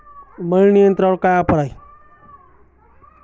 मळणी यंत्रावर काय ऑफर आहे?